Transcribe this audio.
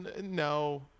No